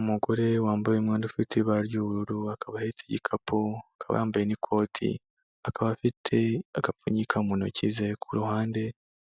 Umugore wambaye umwenda ufite ibara ry'ubururu, akaba ahetse igikapu, akaba yambaye n'ikoti. Akaba afite agapfunyika mu ntoki ze ku ruhande